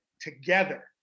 together